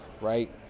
right